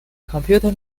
computer